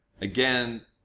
again